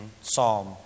Psalm